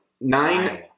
Nine